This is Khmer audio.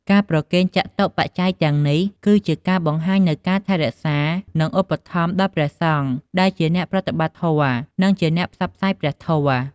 ការប្រគេនចតុបច្ច័យទាំងនេះ គឺជាការបង្ហាញនូវការថែរក្សា និងឧបត្ថម្ភដល់ព្រះសង្ឃ ដែលជាអ្នកប្រតិបត្តិធម៌ និងជាអ្នកផ្សព្វផ្សាយព្រះធម៌។